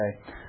okay